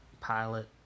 pilot